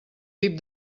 tip